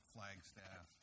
Flagstaff